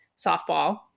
softball